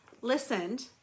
listened